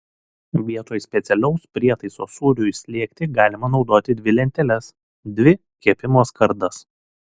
vietoj specialaus prietaiso sūriui slėgti galima naudoti dvi lenteles dvi kepimo skardas